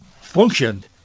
functioned